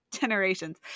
generations